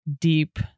deep